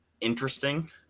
interesting